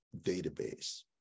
database